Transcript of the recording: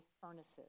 furnaces